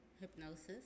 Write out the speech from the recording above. hypnosis